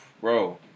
Bro